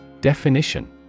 Definition